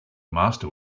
master